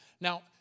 Now